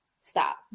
Stop